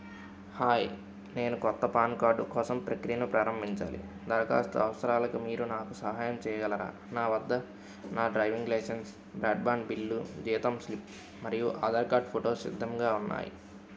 hi నేను క్రొత్త PAN card కోసం ప్రక్రియను ప్రారంభించాలి దరఖాస్తు అవసరాలకు మీరు నాకు సహాయం చేయగలరా నా వద్ద నా డ్రైవింగ్ లైసెన్స్ బ్రాడ్బాండ్ బిల్లు జీతం స్లిప్ మరియు ఆధార్ కార్డ్ ఫోటోస్ సిద్ధంగా ఉన్నాయి